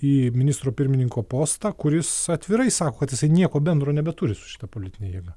į ministro pirmininko postą kuris atvirai sako jisai nieko bendro nebeturi su šita politine jėga